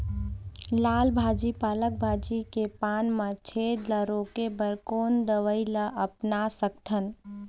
लाल भाजी पालक भाजी के पान मा छेद ला रोके बर कोन दवई ला अपना सकथन?